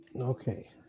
Okay